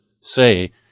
say